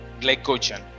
glycogen